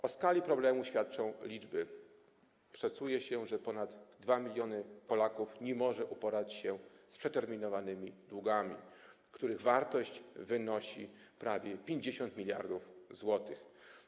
O skali problemu świadczą liczby: szacuje się, że ponad 2 mln Polaków nie może uporać się z przeterminowanymi długami, których łączna wartość to prawie 50 mld zł.